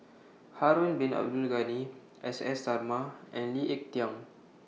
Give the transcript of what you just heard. Harun Bin Abdul Ghani S S Sarma and Lee Ek Tieng